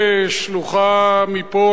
שלוחה מפה,